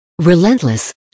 Relentless